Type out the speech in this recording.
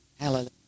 Hallelujah